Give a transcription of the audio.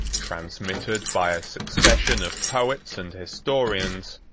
transmitted by a succession of poets and historians,